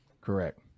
Correct